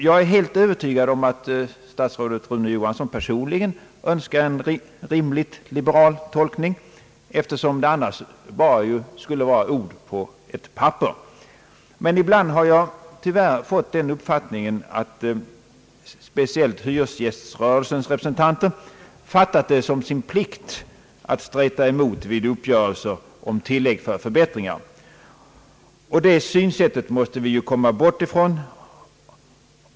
Jag är helt övertygad om att statsrådet Rune Johansson personligen önskar en rimlig liberal tolkning, eftersom det annars bara blir ord på ett papper. Ibland har jag tyvärr fått den uppfattningen att speciellt hyresgäströrelsens representanter fattat det som sin plikt att streta emot vid uppgörelser om tilllägg för förbättringar. Vi måste komma bort från det synsättet.